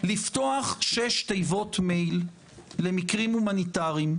לפתוח שש תיבות מייל למקרים הומניטריים,